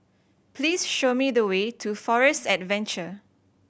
please show me the way to Forest Adventure